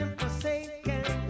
forsaken